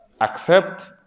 accept